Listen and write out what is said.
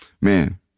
Man